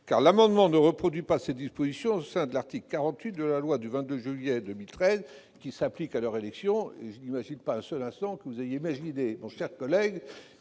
car l'amendement ne vise pas à reproduire cette disposition au sein l'article 48 de la loi du 22 juillet 2013, qui s'applique à leur élection. Or je n'imagine pas un seul instant que vous ayez envisagé, mon cher collègue,